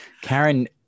Karen